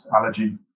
allergy